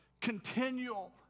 continual